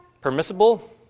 Permissible